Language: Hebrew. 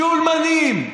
שולמנים,